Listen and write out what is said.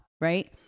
right